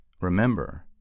Remember